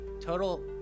Total